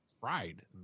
fried